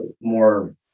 more